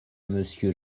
monsieur